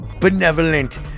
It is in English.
benevolent